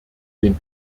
den